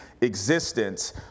existence